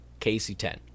KC10